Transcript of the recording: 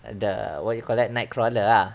the err what do you call that night crawler ah